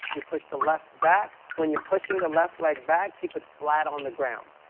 you push the left back. when you're pushing the left leg, back keep it flat on the ground.